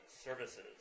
Services